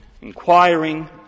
inquiring